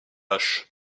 hache